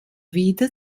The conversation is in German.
wieder